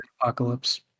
apocalypse